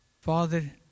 Father